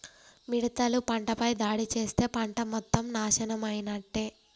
మిడతలు పంటపై దాడి చేస్తే పంట మొత్తం నాశనమైనట్టే